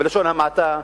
בלשון המעטה,